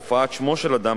הופעת שמו של אדם,